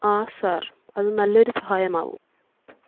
ആ സാർ അത് നല്ലൊരു സഹായമാവും